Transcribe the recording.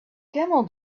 camel